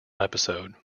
episode